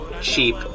cheap